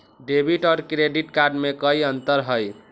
Debit और credit card में कई अंतर हई?